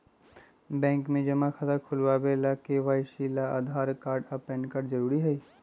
bank में जमा खाता खुलावे ला के.वाइ.सी ला आधार कार्ड आ पैन कार्ड जरूरी हई